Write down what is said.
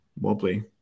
wobbly